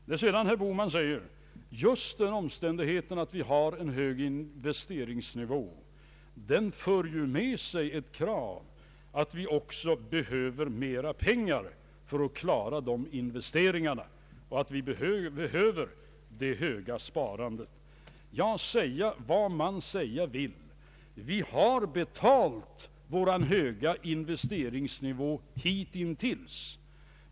Herr Bohman påstår att just den omständigheten att vi har en hög investeringsnivå för med sig att vi också behöver mera pengar för att klara investeringarna och att vi behöver det höga sparandet. Ja, säga vad man säga vill så har vi betalat vår höga investeringsnivå hitintills.